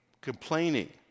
complaining